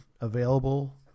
available